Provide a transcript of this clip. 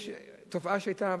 יש תופעה שהיתה,